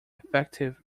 effective